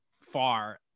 far